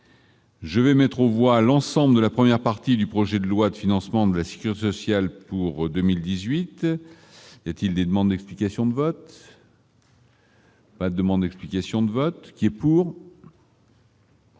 Je vais mettre aux voix à l'ensemble de la première partie du projet de loi de financement de la situation sociale pour 2018 est-il des demandes d'explications de vote. La demande explication de vote qui est pour.